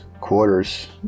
quarters